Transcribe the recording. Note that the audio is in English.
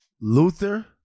Luther